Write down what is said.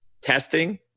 testing